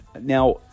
Now